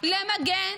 למגן